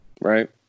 right